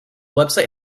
website